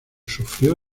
sufrió